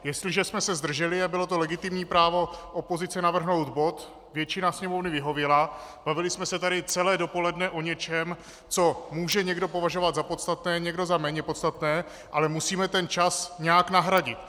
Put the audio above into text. Jestliže jsme se zdrželi a bylo to legitimní právo opozice navrhnout bod, většina Sněmovny vyhověla, bavili jsme se tady celé dopoledne o něčem, co může někdo považovat za podstatné, někdo za méně podstatné, ale musíme ten čas nějak nahradit.